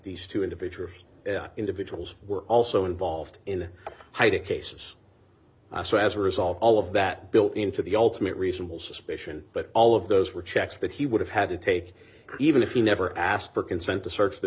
these two individual individuals were also involved in hiding cases so as a result all of that built into the ultimate reasonable suspicion but all of those were checks that he would have had to take even if he never asked for consent to search the